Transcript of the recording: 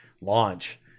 launch